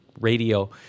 radio